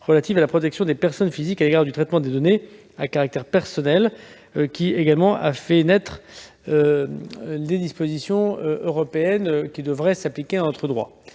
relative à la protection des personnes physiques à l'égard du traitement des données à caractère personnel, dite Police, justice, a fait naître des dispositions européennes qui devraient s'appliquer à notre droit.